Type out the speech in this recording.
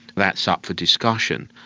that's up for discussion.